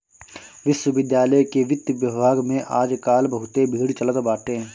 विश्वविद्यालय के वित्त विभाग में आज काल बहुते भीड़ चलत बाटे